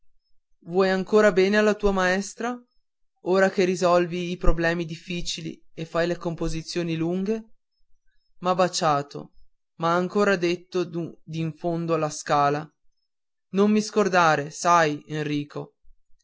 vuoi ancora bene alla tua maestra ora che risolvi i problemi difficili e fai le composizioni lunghe m'ha baciato m'ha ancora detto d'in fondo alla scala non mi scordare sai enrico